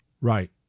Right